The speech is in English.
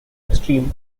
extreme